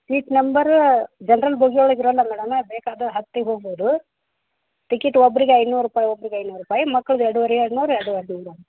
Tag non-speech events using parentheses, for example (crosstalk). seat number general bogie ಒಳಗೆ ಇರೋಲ್ಲ madam ಅದು ಬೇಕಾದೋರು ಹತ್ತಿ ಹೋಗ್ಬೋದು ಟಿಕಿಟ್ ಒಬ್ಬರಿಗೆ ಐನೂರು ರೂಪಾಯಿ ಒಬ್ಬರಿಗೆ ಐನೂರು ರೂಪಾಯಿ ಮಕ್ಳದ್ದು ಎರಡೂವರೆ ಎರಡುನೂರು ಎರಡು (unintelligible)